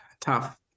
tough